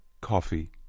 coffee